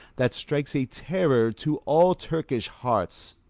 that strikes a terror to all turkish hearts,